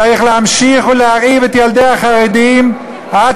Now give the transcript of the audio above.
צריך להמשיך להרעיב את ילדי החרדים עד